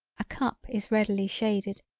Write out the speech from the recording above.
a cup is readily shaded,